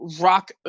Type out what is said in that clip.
rock